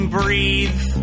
breathe